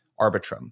Arbitrum